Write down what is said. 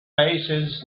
biases